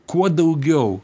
kuo daugiau